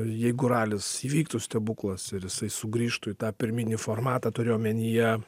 jeigu ralis įvyktų stebuklas ir jisai sugrįžtų į tą pirminį formatą turiu omenyje